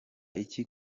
iki